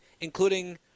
including